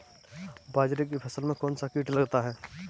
बाजरे की फसल में कौन सा कीट लगता है?